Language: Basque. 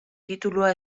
titulua